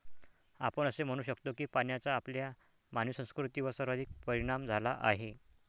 आपण असे म्हणू शकतो की पाण्याचा आपल्या मानवी संस्कृतीवर सर्वाधिक परिणाम झाला आहे